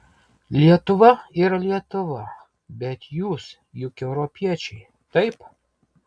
lietuva yra lietuva bet jūs juk europiečiai taip